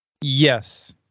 Yes